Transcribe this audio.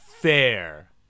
fair